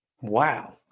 wow